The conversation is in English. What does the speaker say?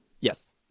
yes